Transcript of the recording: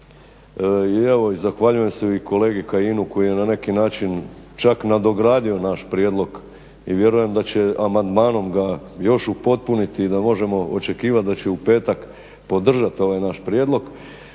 i zahvaljujem se i kolegi Kajinu koji je na neki način čak nadogradio naš prijedlog i vjerujem da će amandmanom još ga upotpuniti i da možemo očekivati da će u petak podržati ovaj naš prijedlog